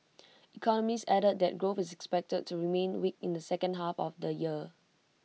economists added that growth is expected to remain weak in the second half of the year